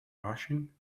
hashing